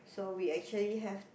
so we actually have